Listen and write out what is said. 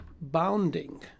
bounding